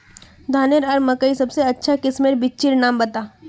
धानेर आर मकई सबसे अच्छा किस्मेर बिच्चिर नाम बता?